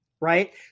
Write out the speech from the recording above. right